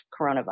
coronavirus